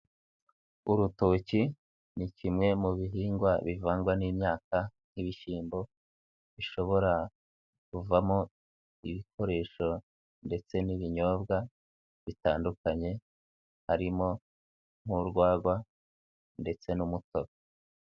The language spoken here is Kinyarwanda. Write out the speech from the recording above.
Urutoki ni kimwe mu bihingwa bivangwa n'imyaka nk'ibishyimbo, bishobora kuvamo ibikoresho ndetse n'ibinyobwa bitandukanye harimo nk'urwagwa ndetse n'umutobe.